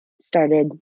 started